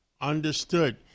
Understood